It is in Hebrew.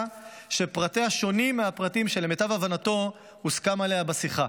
שפרטיה שונים מהפרטים שלמיטב הבנתו הוסכם עליה בשיחה,